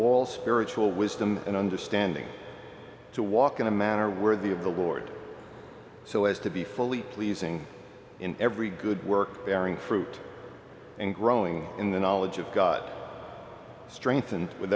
all spiritual wisdom and understanding to walk in a manner worthy of the lord so as to be fully pleasing in every good work bearing fruit and growing in the knowledge of god strengthened with